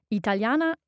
italiana